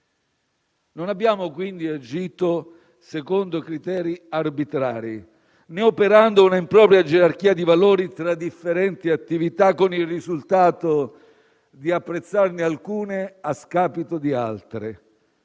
Non abbiamo quindi agito secondo criteri arbitrari, né operando una impropria gerarchia di valori tra differenti attività con il risultato di apprezzarne alcune a scapito di altre,